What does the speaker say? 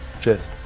Cheers